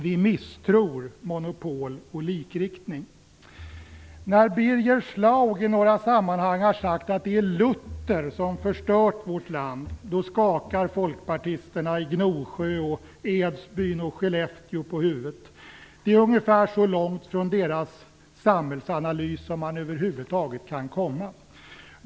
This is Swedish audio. Vi misstror monopol och likriktning. Birger Schlaug säger ibland att det är Luther som har förstört vårt land. Då skakar folkpartisterna i Gnosjö, Edsbyn, och Skellefteå på huvudet. Det är så långt från deras samhällsanalys som man över huvud taget kan komma.